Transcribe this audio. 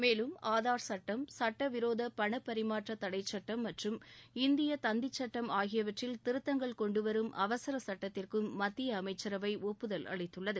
மேலும் ஆதார் சுட்டம் சுட்டவிரோத பணப்பரிமாற்றத் தடைச்சுட்டம் மற்றும் இந்திய தந்திச்சுட்டம் ஆகியவற்றில் திருத்தங்கள் கொண்டுவரும் அவசரச் சட்டத்திற்கு மத்திய அமைச்சரவை ஒப்புதல் அளித்துள்ளது